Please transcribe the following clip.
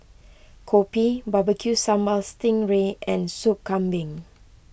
Kopi BBQ Sambal Sting Ray and Soup Kambing